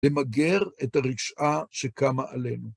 למגר את הרשעה שקמה עלינו.